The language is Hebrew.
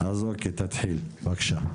אז תתחיל בבקשה.